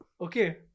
Okay